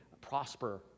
prosper